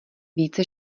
více